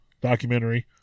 documentary